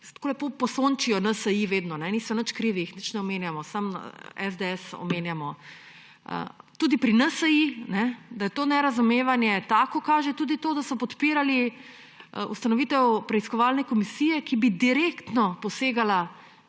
tako lepo posončijo NSi vedno, kajne, niso nič krivi, jih nič ne omenjamo, samo SDS omenjamo. Tudi pri NSi, da je to nerazumevanje tako, kaže tudi to, da so podpirali ustanovitev preiskovalne komisije, ki bi direktno posegala